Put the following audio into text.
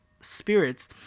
spirits